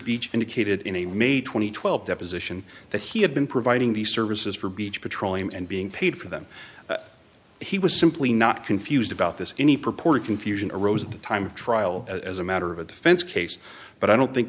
beech indicated in a may two thousand and twelve deposition that he had been providing these services for beach petroleum and being paid for them he was simply not confused about this any purported confusion arose at the time of trial as a matter of a defense case but i don't think